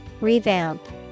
Revamp